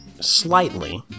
slightly